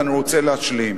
ואני רוצה להשלים.